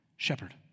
Shepherd